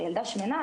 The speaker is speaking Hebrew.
ילדה שמנה,